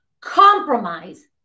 compromise